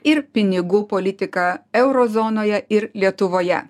ir pinigų politiką euro zonoje ir lietuvoje